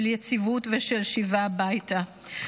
של יציבות ושל שיבה הביתה.